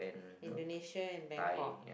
Indonesia and Bangkok